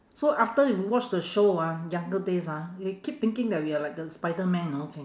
so after you watch the show ah younger days ah we keep thinking that we are like the spiderman know can